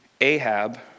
Ahab